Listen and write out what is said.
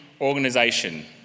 organisation